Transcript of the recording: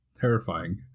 terrifying